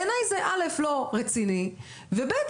בעיני דבר ראשון זה לא רציני ודבר שני,